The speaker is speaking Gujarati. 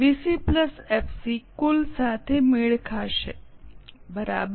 વીસી પ્લસ એફસી કુલ સાથે મેળ ખાશે બરાબર